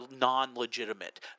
non-legitimate